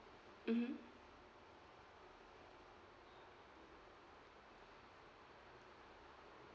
mmhmm